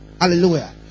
Hallelujah